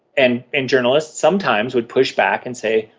and and journalists sometimes would push back and say,